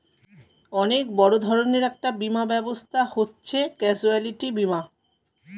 অনেক বড় ধরনের একটা বীমা ব্যবস্থা হচ্ছে ক্যাজুয়ালটি বীমা